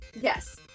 Yes